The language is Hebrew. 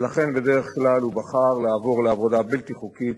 וכי חלק הארי של הכספים הללו מגיע בדרך לא ברורה אף לידי גורמים מתווכים